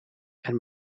and